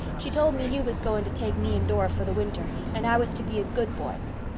she told me you was going to take me and dora for the winter and i was to be a good boy.